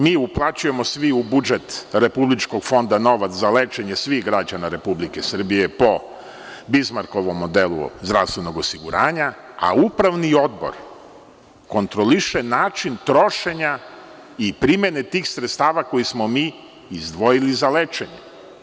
Mi uplaćujemo svi u budžet Republičkog fonda novac za lečenje svih građana Republike Srbije po Bizmarkovom modelu zdravstvenog osiguranja, a upravni odbor kontroliše način trošenja i primene tih sredstava koje smo mi izdvojili za lečenje.